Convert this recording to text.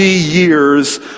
years